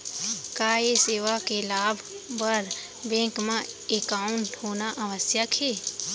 का ये सेवा के लाभ बर बैंक मा एकाउंट होना आवश्यक हे